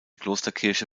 klosterkirche